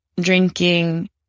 drinking